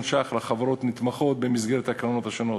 שקלים לחברות נתמכות במסגרת הקרנות השונות.